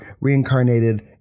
reincarnated